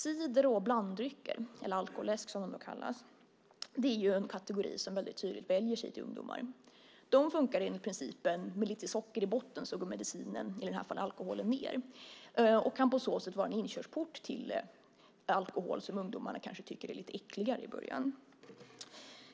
Cider och blanddrycker, eller alkoläsk som de brukar kallas, är en kategori som tydligt vänder sig till ungdomar. De funkar enligt principen med lite socker i botten går medicinen, eller i det här fallet alkoholen, ned. De kan på så sätt vara en inkörsport till annan alkohol som tonåringarna kanske tycker är lite äckligare i början.